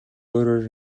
өөрөөр